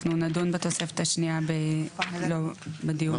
אנחנו נדון בתוספת השנייה לא בדיון הזה.